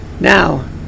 Now